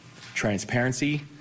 transparency